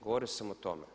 Govorio sam o tome.